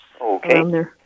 Okay